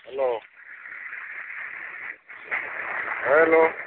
hello hello